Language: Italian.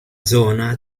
zona